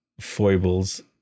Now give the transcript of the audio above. Foible's